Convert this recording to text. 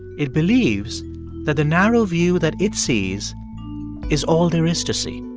it believes that the narrow view that it sees is all there is to see